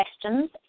questions